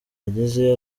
agezeyo